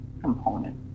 component